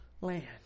land